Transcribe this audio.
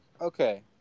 okay